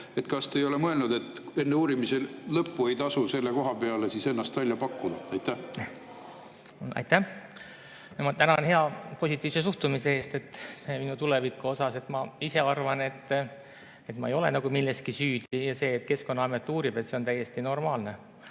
Kas te ei ole mõelnud, et enne uurimise lõppu ei tasu selle koha peale ennast välja pakkuda? Aitäh! Ma tänan positiivse suhtumise eest minu tulevikku! Ma ise arvan, et ma ei ole milleski süüdi. See, et Keskkonnaamet uurib, on täiesti normaalne.